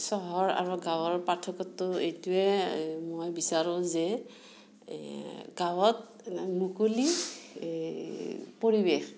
চহৰ আৰু গাঁৱৰ পাৰ্থক্যটো এইটোৱে মই বিচাৰোঁ যে গাঁৱত মুকলি পৰিৱেশ